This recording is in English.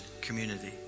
community